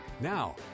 Now